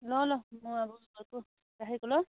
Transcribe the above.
ल ल म अब राखेको ल